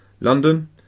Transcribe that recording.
London